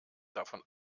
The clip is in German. davon